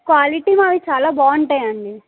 quality మావి చాలా బాగుంటాయి అండి